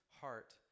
heart